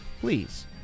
please